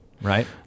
right